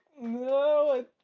No